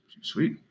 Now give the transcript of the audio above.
Sweet